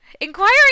Inquiring